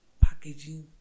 packaging